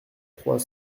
trois